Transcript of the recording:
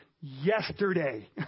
yesterday